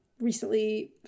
Recently